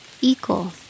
equal